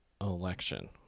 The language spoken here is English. election